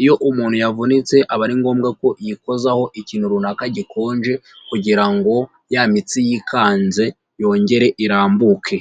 Iyo umuntu yavunitse aba ari ngombwa ko yikozaho ikintu runaka gikonje kugira ngo ya mitsi yikanze yongere irambuke.